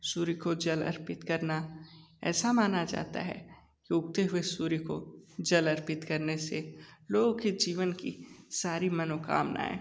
सूर्य को जल अर्पित करना ऐसा माना जाता है उगते हुए सूर्य को जल अर्पित करने से लोगों के जीवन की सारी मनोकामनाएँ